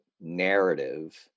narrative